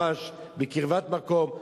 ממש בקרבת מקום,